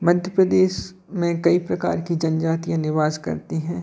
मध्य प्रदेश में कई प्रकार की जनजातियाँ निवास करती हैं